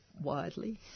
widely